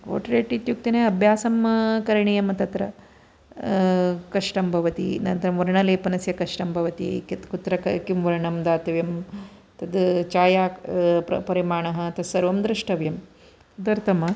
portrait इत्युक्ते ने अभ्यासं करणीयं तत्र कष्टं भवति अनन्तरं वर्णलेपनस्य कष्टं भवति कु कुत्र किं वर्णं दातव्यं तद् छाया प्र परिमाणः तत्सर्वं दृष्टव्यं तदर्थं